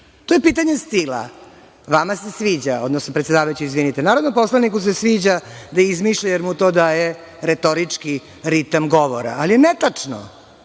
To je pitanje stila. Vama se sviđa, odnosno, predsedavajući izvinite, narodnom poslaniku se sviđa da izmišlja jer mu to daje retorički ritam govora. Ali, netačno. Onda